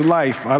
life